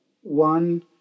One